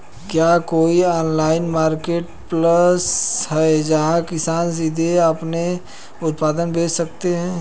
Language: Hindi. क्या कोई ऑनलाइन मार्केटप्लेस है जहां किसान सीधे अपने उत्पाद बेच सकते हैं?